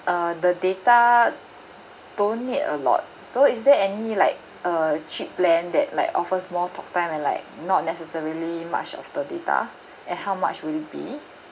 uh the data don't need a lot so is there any like a cheap plan that like offers more talk time and like not necessarily much of the data and how much will it be